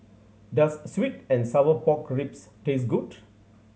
does sweet and sour pork ribs taste good